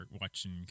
watching